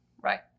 Right